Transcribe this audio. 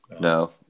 No